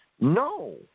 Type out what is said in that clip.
no